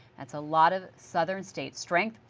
a lot of southern states drink.